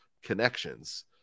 connections